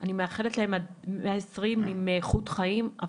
אני מאחלת להם עד מאה עשרים עם איכות חיים,